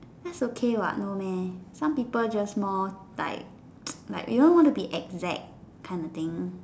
that's okay what no meh some people just more like like you don't want to be exact kind of thing